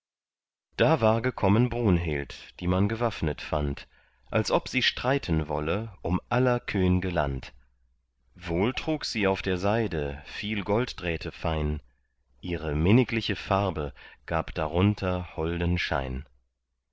da war gekommen brunhild die man gewaffnet fand als ob sie streiten wolle um aller könge land wohl trug sie auf der seide viel golddrähte fein ihre minnigliche farbe gab darunter holden schein